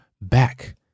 back